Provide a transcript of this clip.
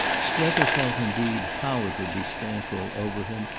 strether felt indeed how it would be stamped all over him,